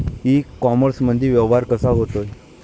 इ कामर्समंदी व्यवहार कसा होते?